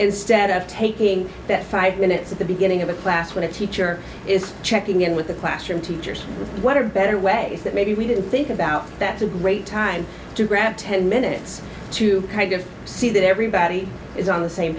instead of taking that five minutes at the beginning of a class when a teacher is checking in with the classroom teachers what a better way that maybe we didn't think about that's a great time to grab ten minutes to see that everybody is on the same